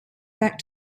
back